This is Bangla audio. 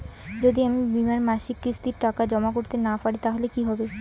যদি আমি বীমার মাসিক কিস্তির টাকা জমা করতে না পারি তাহলে কি হবে?